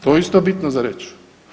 To je isto bitno za reći.